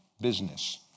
business